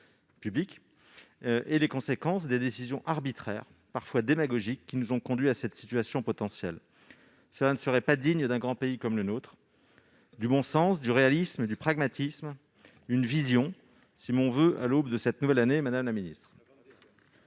publics et les conséquences des décisions arbitraires- parfois démagogiques -qui nous ont conduits à cette situation potentielle. Cela ne serait pas digne d'un grand pays comme le nôtre. Du bon sens, du réalisme, du pragmatisme, une vision : tel est mon voeu à l'aube de cette nouvelle année, madame la secrétaire